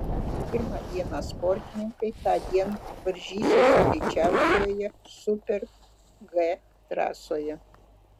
pirmą dieną sportininkai tądien varžysis greičiausioje super g trasoje